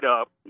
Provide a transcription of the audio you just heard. up